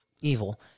evil